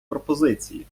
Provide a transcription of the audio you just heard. пропозиції